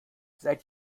seit